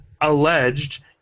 alleged